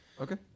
Okay